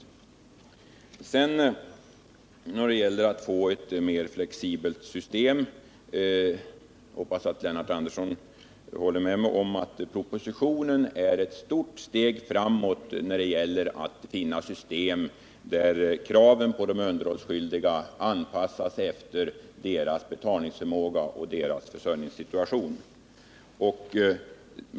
När det sedan gäller att skapa ett mera flexibelt system hoppas jag att Lennart Andersson håller med mig om att propositionen är ett stort steg framåt i vad avser att finna metoder för att anpassa kraven på de underhållsskyldiga efter dessas betalningsförmåga och försörjningssituation.